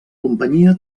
companyia